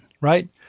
right